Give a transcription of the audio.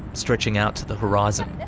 stretching out to the horizon.